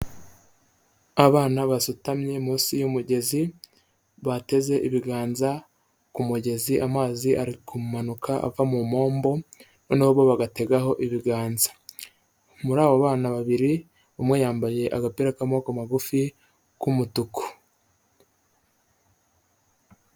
Abana basutamye munsi y'umugezi bateze ibiganza ku mugezi, amazi ari kumanuka ava mu mpombo, noneho bo bagategaho ibiganza, muri abo bana babiri umwe yambaye agapira k'amaboko magufi k'umutuku.